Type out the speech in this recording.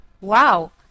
Wow